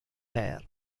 hair